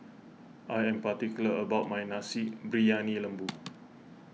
I am particular about my Nasi Briyani Lembu